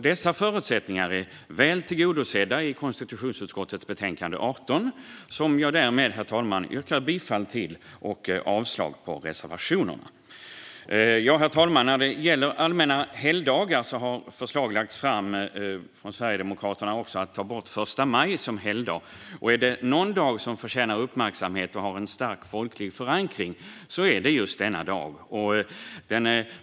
Dessa förutsättningar är väl tillgodosedda i konstitutionsutskottets betänkande 18, som jag härmed yrkar bifall till. Jag yrkar även avslag på reservationerna. Herr talman! När det gäller allmänna helgdagar har förslag lagts fram av Sverigedemokraterna om att ta bort första maj som helgdag. Om det är någon dag som förtjänar uppmärksamhet och har en stark folklig förankring är det just denna dag.